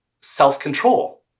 self-control